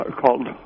called